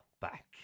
back